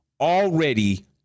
already